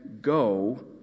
go